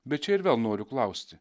bet čia ir vėl noriu klausti